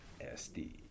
SD